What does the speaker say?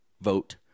vote